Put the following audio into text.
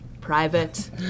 private